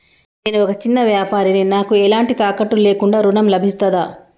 నేను ఒక చిన్న వ్యాపారిని నాకు ఎలాంటి తాకట్టు లేకుండా ఋణం లభిస్తదా?